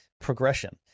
progression